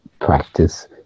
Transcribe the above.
practice